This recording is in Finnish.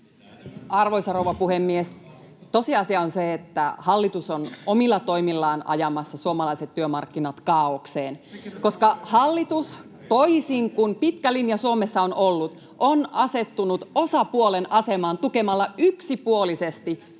Arvoisa rouva puhemies! Tosiasia on se, että hallitus on omilla toimillaan ajamassa suomalaiset työmarkkinat kaaokseen, [Perussuomalaisten ryhmästä: Höpö höpö!] koska hallitus, toisin kuin pitkä linja Suomessa on ollut, on asettunut osapuolen asemaan tukemalla yksipuolisesti työnantajan